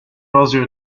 roseo